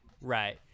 Right